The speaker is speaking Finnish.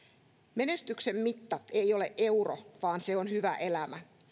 menestyksen mitta ei ole euro vaan se on hyvä elämä